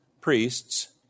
priests